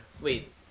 Wait